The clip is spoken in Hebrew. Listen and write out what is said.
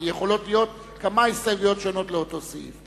כי יכולות להיות כמה הסתייגויות שונות לאותו סעיף.